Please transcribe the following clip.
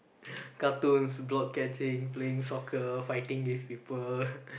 cartoons block catching playing soccer fighting with people